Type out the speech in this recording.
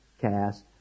cast